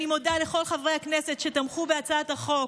אני מודה לכל חברי הכנסת שתמכו בהצעת החוק.